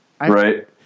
Right